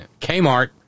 Kmart